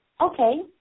Okay